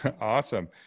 Awesome